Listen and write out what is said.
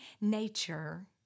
nature